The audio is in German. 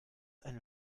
eine